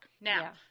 Now